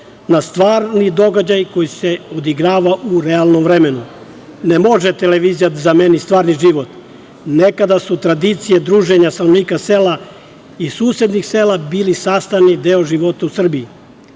na stvarni događaj koji se odigrava u realnom vremenu. Ne može televizija da zameni stvarni život. Nekada su tradicije druženja stanovnika sela i susednih sela bili sastavni deo života u Srbiji. Program